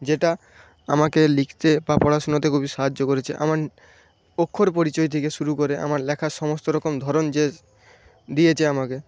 যেটা আমাকে লিখতে বা পড়াশোনাতে খুবই সাহায্য করেছে আমার অক্ষর পরিচয় থেকে শুরু করে আমার লেখার সমস্ত রকম ধরন যে দিয়েছে আমাকে